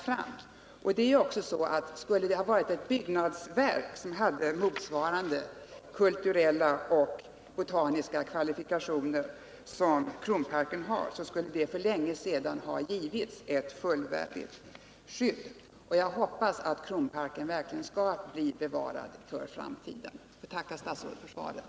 Hade det varit fråga om ett byggnadsverk med de kulturella och historiska kvalifikationer som Kronparken har, hade det för Nr 49 länge sedan ordnats ett fullvärdigt skydd. Jag hoppas att Kronparken verkligen kommer att bevaras för framtiden. Torsdagen den Jag tackar statsrådet för svaret.